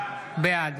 בעד